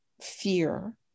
fear